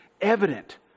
evident